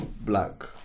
black